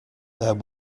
there